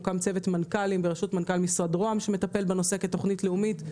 הוקם צוות מנכ"לים בראשות משרד ראש הממשלה שמטפל בנושא כתוכנית לאומית.